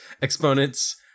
exponents